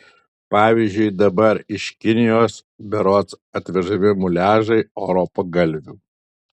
pavyzdžiui dabar iš kinijos berods atvežami muliažai oro pagalvių